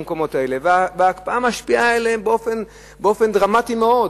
ההקפאה משפיעה עליהם באופן דרמטי מאוד.